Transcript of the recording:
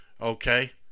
okay